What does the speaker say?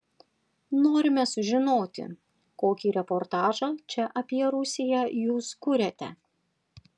norime sužinoti kokį reportažą čia apie rusiją jūs kuriate